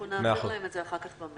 נעביר להם את זה אחר כך במייל.